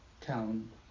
town